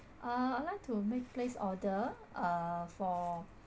uh I'd like to make place order uh for